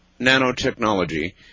nanotechnology